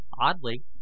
oddly